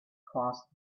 crossed